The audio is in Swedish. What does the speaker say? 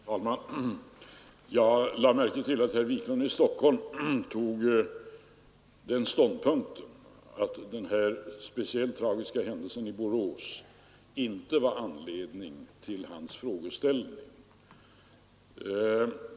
Herr talman! Jag lade märke till att herr Wiklund i Stockholm intog den ståndpunkten att den speciellt tragiska händelsen i Borås inte var anledning till hans frågeställning.